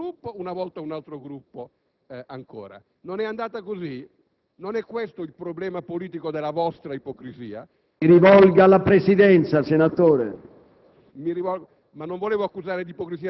una volta un Gruppo, una volta un altro, un'altra volta un altro ancora. Non è andata così? Non è questo il problema politico della vostra ipocrisia? PRESIDENTE. Si rivolga alla Presidenza, per favore.